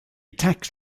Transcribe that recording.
tax